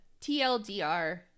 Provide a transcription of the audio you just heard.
TLDR